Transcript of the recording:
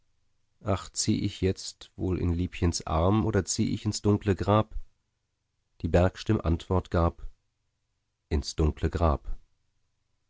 ach zieh ich jetzt wohl in liebchens arm oder zieh ich ins dunkle grab die bergstimm antwort gab ins dunkle grab